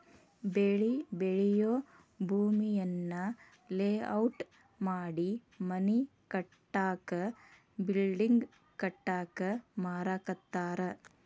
ಬೆಳಿ ಬೆಳಿಯೂ ಭೂಮಿಯನ್ನ ಲೇಔಟ್ ಮಾಡಿ ಮನಿ ಕಟ್ಟಾಕ ಬಿಲ್ಡಿಂಗ್ ಕಟ್ಟಾಕ ಮಾರಾಕತ್ತಾರ